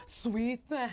sweet